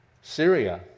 Syria